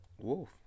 Wolf